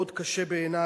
מאוד קשה בעיני.